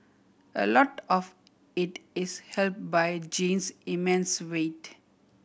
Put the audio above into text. a lot of it is helped by Jean's immense wit